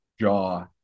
jaw